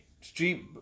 Street